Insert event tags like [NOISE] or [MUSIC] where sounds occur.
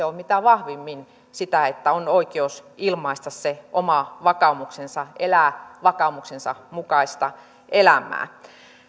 [UNINTELLIGIBLE] on mitä vahvimmin sitä että on oikeus ilmaista se oma vakaumuksensa elää vakaumuksensa mukaista elämää